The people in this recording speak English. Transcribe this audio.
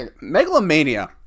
Megalomania